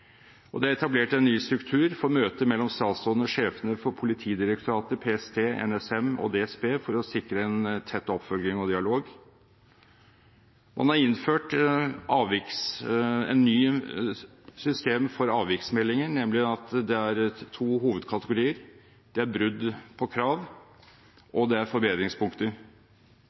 2016. Det er etablert en ny struktur for møtet mellom statsråden og sjefene for Politidirektoratet, PST, NSM og DSB for å sikre en tett oppfølging og dialog. Man har innført et nytt system for avviksmeldinger, nemlig at det er to hovedkategorier – «Brudd på krav»